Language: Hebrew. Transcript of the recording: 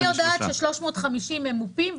אני יודעת ש-350 ממופים,